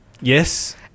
Yes